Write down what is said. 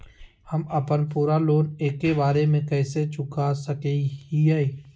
हम अपन पूरा लोन एके बार में कैसे चुका सकई हियई?